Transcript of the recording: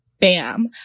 bam